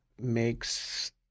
makes